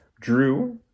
Drew